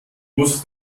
muss